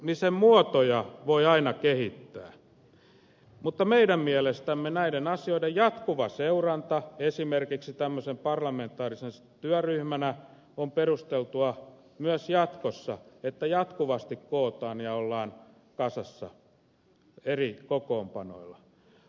osallistumisen muotoja voi aina kehittää mutta meidän mielestämme näiden asioiden jatkuva seuranta esimerkiksi tämmöisenä parlamentaarisena työryhmänä on perusteltua myös jatkossa se että jatkuvasti kootaan osallistujia ja ollaan kasassa eri kokoonpanoilla